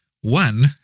one